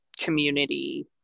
community